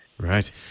Right